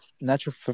Natural